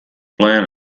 plan